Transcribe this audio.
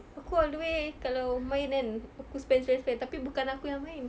aku all the way kalau main kan aku spend spend spend tapi bukan aku yang main